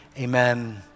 amen